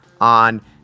on